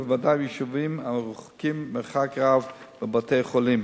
ובוודאי ביישובים המרוחקים מרחק רב מבתי-החולים.